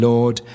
Lord